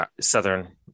southern